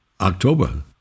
October